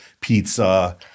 pizza